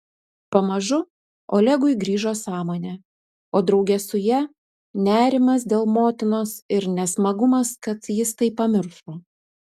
pamažu olegui grįžo sąmonė o drauge su ja nerimas dėl motinos ir nesmagumas kad jis tai pamiršo